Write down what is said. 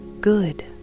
good